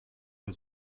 der